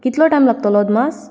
कितलो टायम लागतलो अदमास